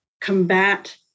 combat